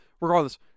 regardless